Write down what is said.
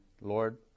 Lord